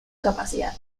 capacidad